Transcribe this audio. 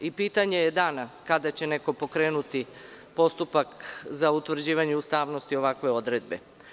Pitanje je dana kada će neko pokrenuti postupak za utvrđivanje ustavnosti ovakve odredbe.